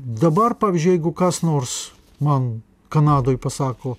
dabar pavyzdžiui jeigu kas nors man kanadoj pasako